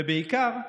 ובעיקר,